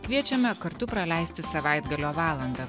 kviečiame kartu praleisti savaitgalio valandą